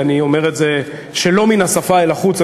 ואני אומר את זה שלא מן השפה ולחוץ,